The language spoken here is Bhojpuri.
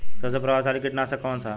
सबसे प्रभावशाली कीटनाशक कउन सा ह?